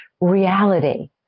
reality